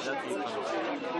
הנושא הבא, יושב-ראש ועדת הכספים פה?